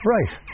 Right